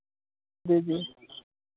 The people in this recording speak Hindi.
जी जी